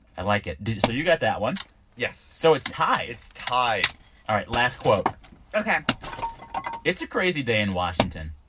i like it. did so you got that one yes so it's tied it's tied all right last quote ok it's a crazy day in washington.